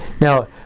Now